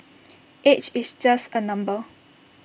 age is just A number